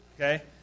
Okay